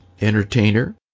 entertainer